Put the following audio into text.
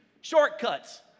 Shortcuts